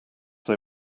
they